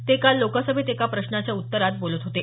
ते काल लोकसभेत एका प्रश्नाच्या उत्तरात बोलत होते